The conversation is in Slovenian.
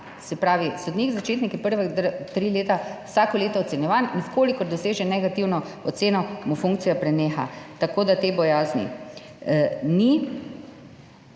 se pravi, sodnik začetnik je prva tri leta vsako leto ocenjevan, in v kolikor doseže negativno oceno, mu funkcija preneha. Tako da te bojazni ni.